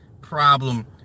problem